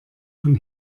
von